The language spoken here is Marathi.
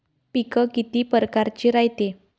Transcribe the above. पिकं किती परकारचे रायते?